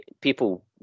People